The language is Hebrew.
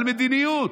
על מדיניות,